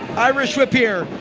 irish whip here,